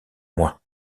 moi